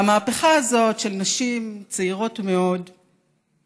המהפכה הזאת של נשים, צעירות מאוד ברובן,